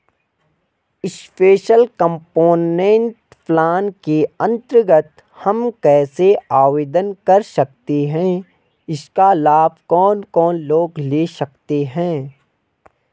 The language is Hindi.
स्पेशल कम्पोनेंट प्लान के अन्तर्गत हम कैसे आवेदन कर सकते हैं इसका लाभ कौन कौन लोग ले सकते हैं?